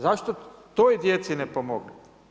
Zašto toj djeci ne pomognete?